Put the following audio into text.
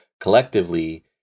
collectively